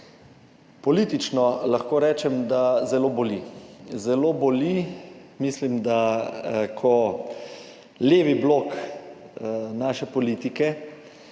Politično lahko rečem, da zelo boli. Zelo boli, mislim, da ko levi blok naše politike